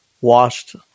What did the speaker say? washed